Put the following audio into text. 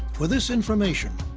with this information,